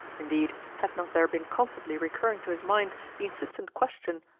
indeed, had not there been constantly recurring to his mind the insistent question,